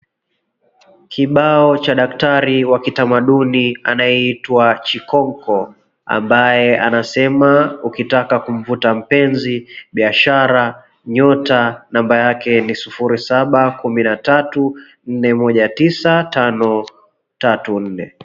kibao cha daktari wa kitamaduni anayeitwa Chikoko, ambaye anasema ukitaka kumvuta mpenzi, biashara, nyota namba yake ni 0713419534.